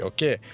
Okay